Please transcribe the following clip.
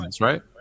right